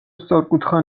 სწორკუთხა